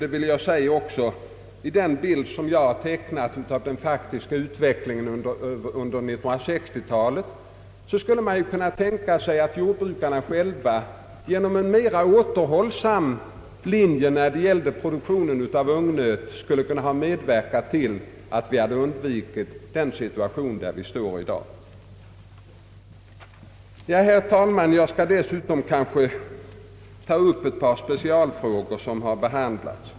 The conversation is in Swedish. Till den bild som jag har tecknat av den faktiska utvecklingen under 1960-talet skulle man kunna foga att jordbrukarna själva genom en mera återhållsam linje i fråga om produktionen av ungnöt kunde ha medverkat till att undvika den situation där vi befinner oss i dag. Herr talman! Jag skulle dessutom kunna ta upp ett par speciella exempel som har behandlats.